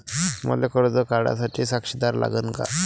मले कर्ज काढा साठी साक्षीदार लागन का?